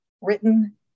written